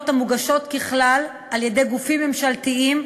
המוגשות ככלל על-ידי גופים ממשלתיים.